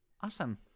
Awesome